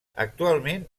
actualment